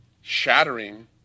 shattering